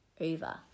over